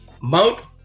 Mount